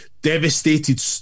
devastated